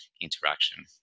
interaction